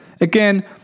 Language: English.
Again